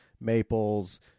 maples